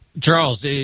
Charles